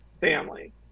family